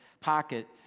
pocket